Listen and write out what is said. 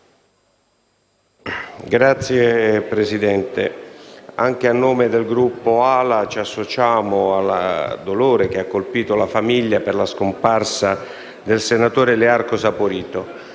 Signor Presidente, il Gruppo AL-A si associa al dolore che ha colpito la famiglia per la scomparsa del senatore Learco Saporito.